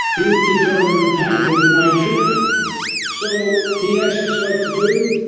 he would be thrown in the tank and denied treatment so, he asked us what to do,